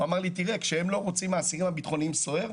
הוא אמר לי שכאשר האסירים הביטחוניים לא רוצים סוהר,